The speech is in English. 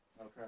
Okay